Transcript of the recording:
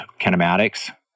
kinematics